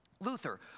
luther